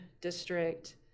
District